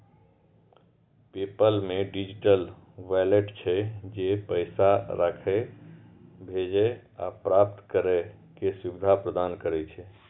PayPal मे digital wallet छै, जे पैसा राखै, भेजै आ प्राप्त करै के सुविधा प्रदान करै छै